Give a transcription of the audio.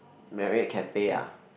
Marriot Cafe ah